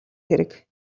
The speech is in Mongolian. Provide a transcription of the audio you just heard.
хэрэг